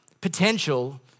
potential